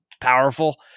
powerful